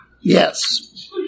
Yes